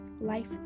life